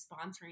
sponsoring